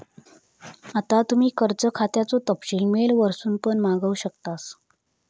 आता तुम्ही कर्ज खात्याचो तपशील मेल वरसून पण मागवू शकतास